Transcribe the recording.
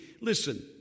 listen